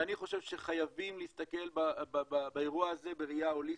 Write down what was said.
ואני חושב שחייבים להסתכל באירוע הזה בראייה הוליסטית,